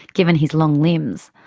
given his long limbs.